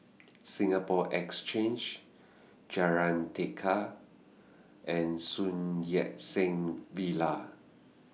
Singapore Exchange Jalan Tekad and Sun Yat Sen Villa